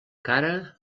cara